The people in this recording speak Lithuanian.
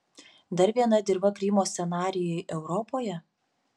dar viena dirva krymo scenarijui europoje